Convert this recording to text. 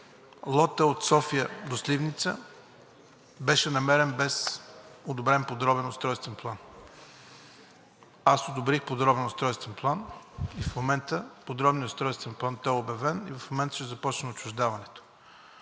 лотът от София до Сливница беше намерен без одобрен подробен устройствен план. Аз одобрих подробен устройствен план, в момента подробният устройствен план е обявен и ще започне отчуждаването.